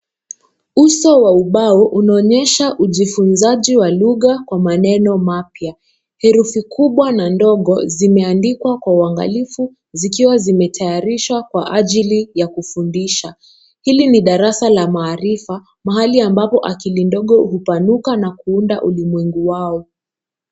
Uso wa ubao unaonyesha ujifunzaji wa lugha kwa maneno mapya, herufi kubwa na dogo vimeandikwa kwa uangalifu zikiwa vimetayarisha kwa ajili ya kufundisha, hili ni darasa la maarifa mahali ambapo akili ndogo hupanuka na kuunda ulimwengu wao.